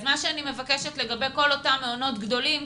אני מבקשת לגבי כל אותם מעונות גדולים,